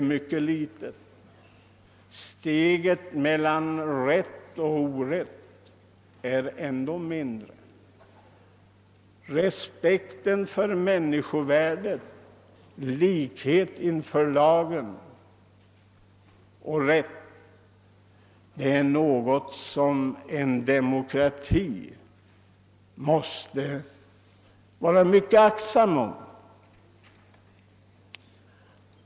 Och steget mellan rätt och orätt är ännu kortare. Respekten för människovärdet och likheten inför lagen är dock något som man i en demokrati måste vara oerhört aktsam om.